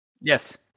Yes